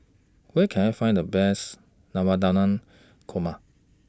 Where Can I Find The Best Navratan Korma